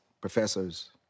professors